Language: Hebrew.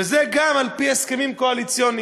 וזה גם על-פי הסכמים קואליציוניים,